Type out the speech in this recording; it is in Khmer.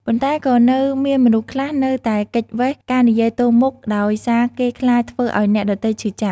ប៉ុន្តែក៏នៅមានមនុស្សខ្លះនៅតែគេចវេសការនិយាយទល់មុខ ដោយសារគេខ្លាចធ្វើឱ្យអ្នកដទៃឈឺចាប់។